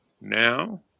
Now